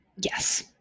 Yes